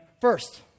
first